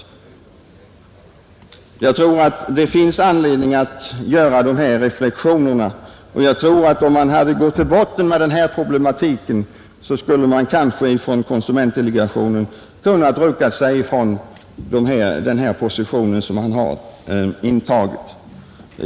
Jag tror att det finns anledning att också göra dessa reflexioner. Om man hade gått till botten med denna problematik, skulle kanske konsumentdelegationen ha kunnat rucka sig från den position man intagit.